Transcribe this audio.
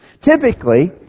Typically